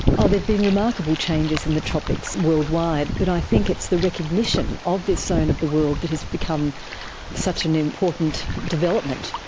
ah there have been remarkable changes in the tropics worldwide, but i think it's the recognition of this zone of the world that has become such an important development.